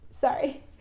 Sorry